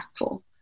impactful